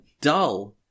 dull